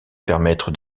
permettre